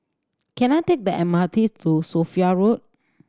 can I take the M R T to Sophia Road